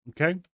Okay